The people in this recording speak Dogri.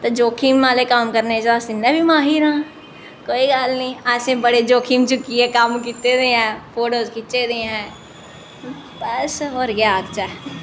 ते जोखम आह्ले कम्म करने च अस इ'यां बी माहिर आं कोई गल्ल निं असें बड़े जोखम चुक्कियै कम्म कीते दे ऐ फोटो खिच्चे दे ऐ बस होर केह् आखचै